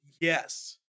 Yes